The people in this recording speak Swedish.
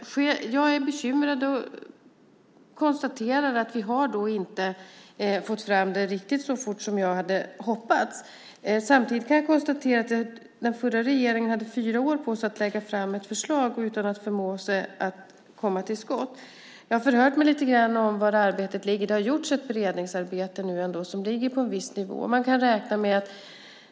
Jag kan konstatera, vilket gör mig bekymrad, att vi inte har fått fram detta riktigt så fort som jag hade hoppats. Samtidigt kan jag konstatera att den förra regeringen hade fyra år på sig att lägga fram ett förslag utan att förmå sig att komma till skott. Jag har förhört mig lite grann om var arbetet ligger. Det har ändå gjorts ett beredningsarbete som ligger på en viss nivå.